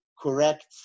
correct